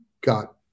got